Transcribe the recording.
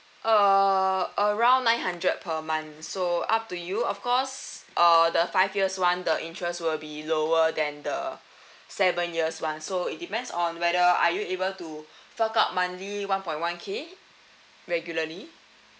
err around nine hundred per month so up to you of course err the five years [one] the interest will be lower than the seven years [one] so it depends on whether are you able to fork out monthly one point one K regularly